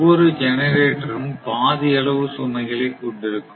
ஒவ்வொரு ஜெனரேட்டர் ம் பாதி அளவு சுமைகளை கொண்டிருக்கும்